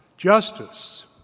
Justice